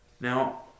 Now